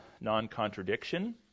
non-contradiction